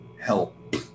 help